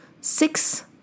six